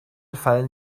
fallen